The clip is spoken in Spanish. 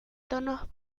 tonos